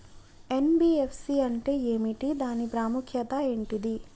NBFC అంటే ఏమిటి దాని ప్రాముఖ్యత ఏంటిది?